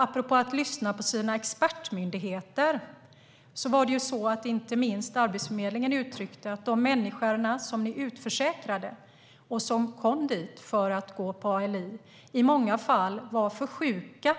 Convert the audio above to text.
Apropå att lyssna på expertmyndigheter uttryckte inte minst Arbetsförmedlingen att de människor som utförsäkrades och som kom till Arbetsförmedlingen för att gå på ALI i många fall var för sjuka